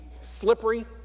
Slippery